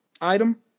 item